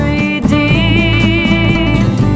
redeemed